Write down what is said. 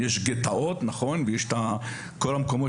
יש גטאות נכון ויש את כל המקומות